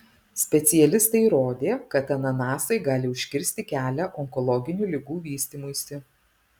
specialistai įrodė kad ananasai gali užkirsti kelią onkologinių ligų vystymuisi